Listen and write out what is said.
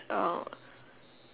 uh